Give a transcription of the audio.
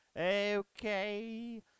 Okay